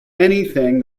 anything